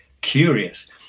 curious